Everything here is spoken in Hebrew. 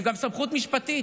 הם גם סמכות משפטית: